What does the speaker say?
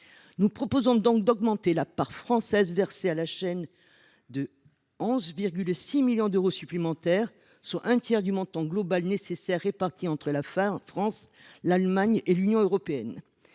Nous proposons donc d’augmenter la part française versée à la chaîne de 11,5 millions d’euros, soit un tiers du montant global nécessaire qui est réparti entre la France, l’Allemagne et l’Union européenne.